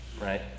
right